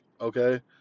Okay